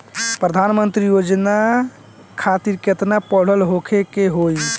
प्रधानमंत्री योजना खातिर केतना पढ़ल होखे के होई?